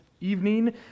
evening